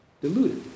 Deluded